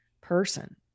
person